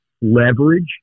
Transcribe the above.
leverage